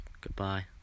Goodbye